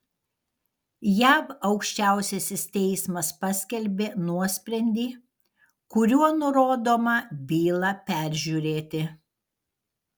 jav aukščiausiasis teismas paskelbė nuosprendį kuriuo nurodoma bylą peržiūrėti